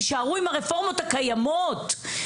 תישארו עם הרפורמות הקיימות,